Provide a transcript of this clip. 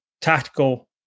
tactical